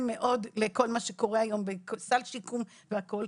מאוד לכל מה שקורה היום בסל השיקום והכל,